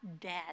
dead